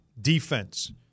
defense